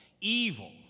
Evil